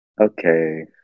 Okay